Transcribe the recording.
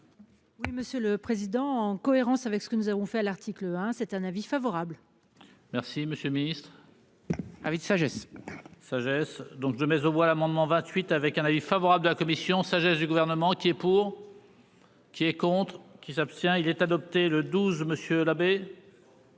Oui, monsieur le Président en cohérence avec ce que nous avons fait à l'article 1, c'est un avis favorable. Merci, monsieur le Ministre. Avis de sagesse. Sagesse donc je mets aux voix l'amendement 28, avec un avis favorable de la commission sagesse du gouvernement qui est. Pour. Qui est contre. Qui s'abstient il est adopté le 12 monsieur l'abbé.